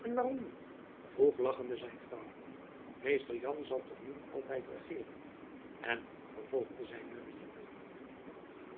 en waarom niet vroeg lachende zijn vrouw mr jan zal toch niet altijd regeeren en vervolgde zy neuriënde